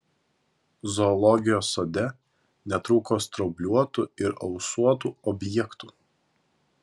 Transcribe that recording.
zoologijos sode netrūko straubliuotų ir ausuotų objektų